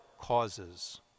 causes